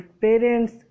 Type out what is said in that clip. parents